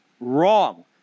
Wrong